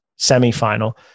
semifinal